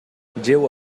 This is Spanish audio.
llevó